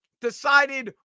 decided